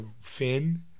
Finn